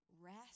rest